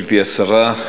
גברתי השרה,